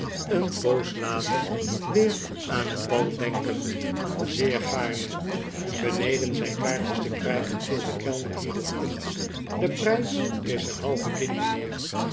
een poos later weer aan het bal denkend zeer gaarne beneden zijn kaartjes te krijgen viel de kellner hierop in de prijs is een halve guinje mijnheer